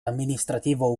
amministrativo